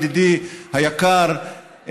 ידידי היקר,